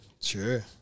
Sure